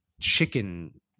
chicken